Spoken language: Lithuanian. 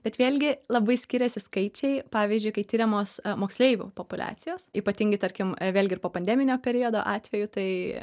bet vėlgi labai skiriasi skaičiai pavyzdžiui kai tiriamos moksleivių populiacijo ypatingai tarkim vėlgi ir po pandeminio periodo atveju tai